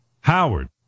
Howard